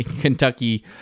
Kentucky